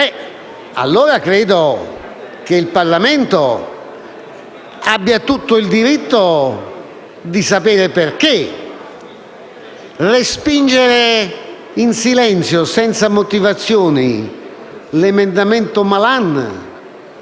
allora credo che il Parlamento abbia tutto il diritto di sapere perché. Respingere in silenzio senza motivazioni l'emendamento del